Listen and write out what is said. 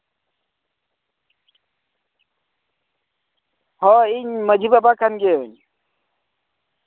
ᱦᱳᱭ ᱤᱧ ᱢᱟᱹᱡᱷᱤ ᱵᱟᱵᱟ ᱠᱟᱱ ᱜᱤᱭᱟᱹᱧ